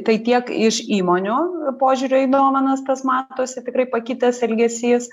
tai tiek iš įmonių požiūrio į dovanas tas matosi tikrai pakitęs elgesys